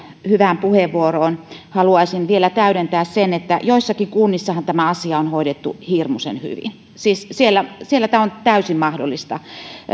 hyvään puheenvuoroon haluaisin vielä täydentää sen että joissakin kunnissahan tämä asia on hoidettu hirmuisen hyvin siis siellä viittomakielen opetus on täysin mahdollista